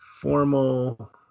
formal